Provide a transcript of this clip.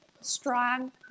strong